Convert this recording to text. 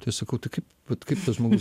tai sakau tai kaip vat kaip žmogus